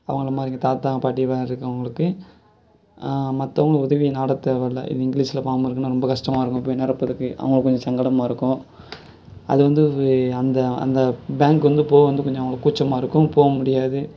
அவர்கள மாதிரி எங்கள் தாத்தா பாட்டி மாதிரி இருக்கறவங்களுக்கு மற்றவங்க உதவியை நாடத் தேவையில்ல இப்போ இங்கிலீஸில் பார்ம் இருக்குதுன்னா ரொம்ப கஷ்டமா இருக்கும் இப்போ என்னடா இப்படி இருக்குது அவர்களுக்கு கொஞ்சம் சங்கடமாக இருக்கும் அது வந்து அந்த அந்த பேங்க் வந்து போக வந்து கொஞ்சம் கூச்சமாக இருக்கும் போகவும் முடியாது